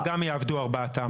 בקיץ ארבעתן יעבדו.